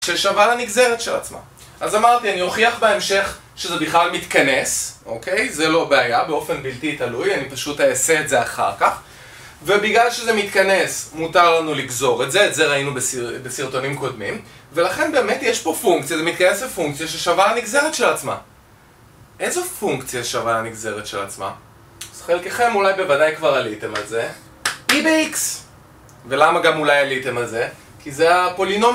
ששווה לנגזרת של עצמה אז אמרתי, אני אוכיח בהמשך שזה בכלל מתכנס אוקיי? זה לא בעיה, באופן בלתי תלוי אני פשוט אעשה את זה אחר כך ובגלל שזה מתכנס, מותר לנו לגזור את זה. את זה ראינו בסרטונים קודמים ולכן באמת יש פה פונקציה זה מתכנס לפונקציה ששווה לנגזרת של עצמה איזה פונקציה שווה לנגזרת של עצמה? אז חלקכם אולי בוודאי כבר עליתם על זה E ב-X ולמה גם אולי עליתם על זה? כי זה הפולינום